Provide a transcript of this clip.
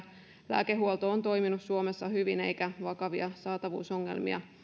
lääkehuolto on toiminut suomessa hyvin eikä vakavia saatavuusongelmia